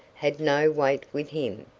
had no weight with him.